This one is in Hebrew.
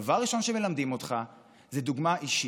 דבר ראשון שמלמדים אותך זה דוגמה אישית.